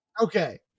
Okay